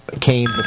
came